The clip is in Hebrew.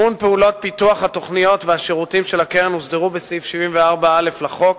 מימון פעולות פיתוח התוכניות והשירותים של הקרן הוסדרו בסעיף 74א לחוק